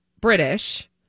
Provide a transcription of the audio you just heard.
British